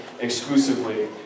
exclusively